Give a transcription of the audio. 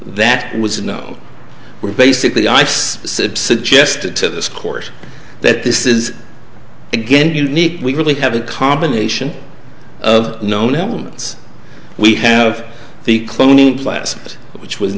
that was no were basically ice sip suggested to this court that this is again unique we really have a combination of known him since we have the cloning flies which was an